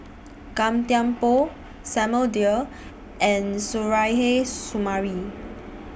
Gan Thiam Poh Samuel Dyer and Suzairhe Sumari